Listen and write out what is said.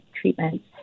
treatments